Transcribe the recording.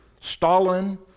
Stalin